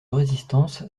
résistance